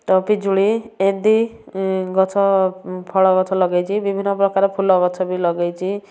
ତ ପିଜୁଳି ଏମିତି ଗଛ ଫଳ ଗଛ ଲଗାଇଛି ବିଭିନ୍ନ ପ୍ରକାର ଫୁଲ ଗଛ ବି ଲଗାଇଛି